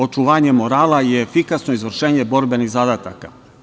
Očuvanje morala je efikasno izvršenje borbenih zadataka.